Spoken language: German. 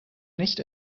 nicht